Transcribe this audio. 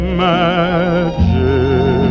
magic